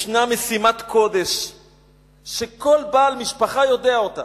יש משימת קודש שכל בעל משפחה יודע אותה,